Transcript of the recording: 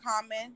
common